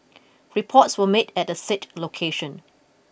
reports were made at the said location